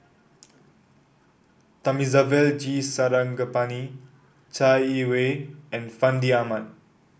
Thamizhavel G Sarangapani Chai Yee Wei and Fandi Ahmad